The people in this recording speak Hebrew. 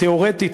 תיאורטית,